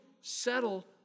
settle